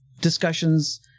discussions